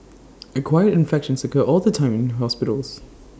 acquired infections occur all the time in hospitals